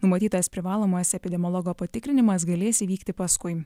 numatytas privalomas epidemiologo patikrinimas galės įvykti paskui